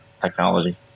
technology